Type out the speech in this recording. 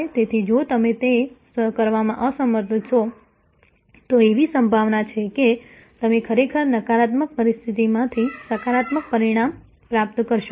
તેથી જો તમે તે કરવામાં અસમર્થ છો તો એવી સંભાવના છે કે તમે ખરેખર નકારાત્મક પરિસ્થિતિમાંથી સકારાત્મક પરિણામ પ્રાપ્ત કરશો